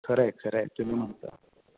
खरं आहे खरं आहे तुम्ही म्हणता